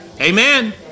Amen